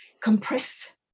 compress